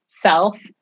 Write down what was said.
self